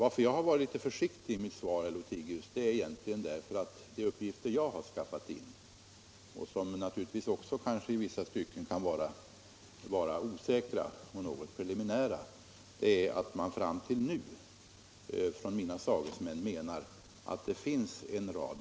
Att jag har varit försiktig i mitt svar beror egentligen på att enligt de uppgifter jag har skaffat in — de kan naturligtvis också i vissa stycken — Nr 43 vara osäkra och något preliminära — har det fram till nu funnits en rad Torsdagen den brister och problem med innerbelysta vägmärken.